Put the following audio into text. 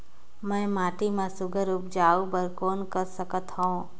मैं माटी मा सुघ्घर उपजाऊ बर कौन कर सकत हवो?